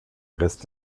rest